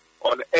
on